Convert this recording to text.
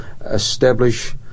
establish